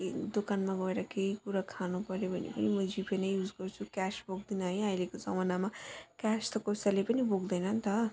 के दोकानमा गएर केही कुरा खानुपर्यो भने पनि म जिपे नै युज गर्छु क्यास बोक्दिनँ है अहिलेको जमानामा क्यास त कसैले पनि बोक्दैन नि त